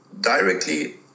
directly